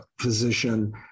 physician